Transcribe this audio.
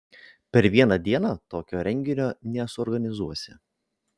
per vieną dieną tokio renginio nesuorganizuosi